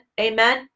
Amen